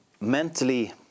mentally